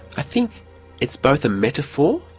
i think it's both a metaphor,